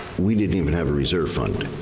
we didn't even have a reserve fund,